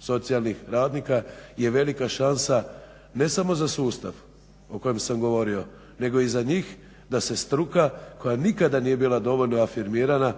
socijalnih radnika je velika šansa, ne samo za sustav o kojem sam govorio nego i za njih da se struka koja nikada nije bila dovoljno afirmirana